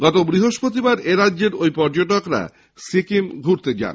গত বৃহিস্পতিবার এরাজ্যের ওই পর্যটকরা সিকিম ঘুরতে যান